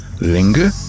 Linger